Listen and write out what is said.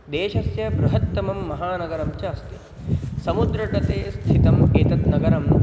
देशस्य बृहत्तमं महानगरं च अस्ति समुद्रतटे स्थितम् एतत् नगरं